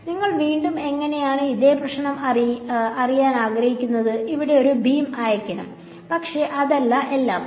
നിങ്ങൾ വീണ്ടും എങ്ങനെയാണ് ഇതേ പ്രശ്നം അറിയാൻ ആഗ്രഹിക്കുന്നത് ഇവിടെ ഒരു ബീം അയയ്ക്കണം പക്ഷേ അതല്ല എല്ലാം